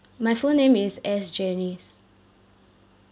my full name is S janice